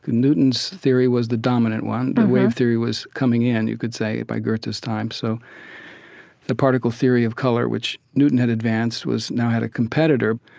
newton's theory was the dominant one. the wave theory was coming in, you could say, by goethe's time, so the particle theory of color, which newton had advanced, now had a competitor.